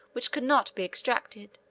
which could not be extracted,